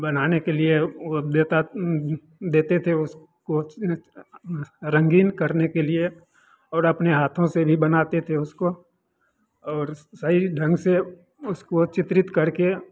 बनाने के लिए वो देता देते थे उसको रंगीन करने के लिए और अपने हाथों से भी बनाते थे उसको और स सही ढंग से उसको चित्रित करके